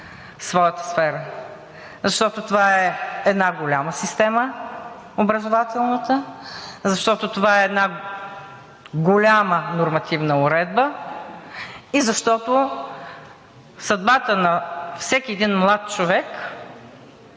защото това е една голяма система – образователната, защото това е една голяма нормативна уредба и защото съдбата на всеки един млад човек